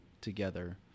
together